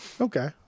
Okay